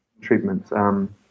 treatments